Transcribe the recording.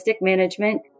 management